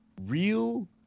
real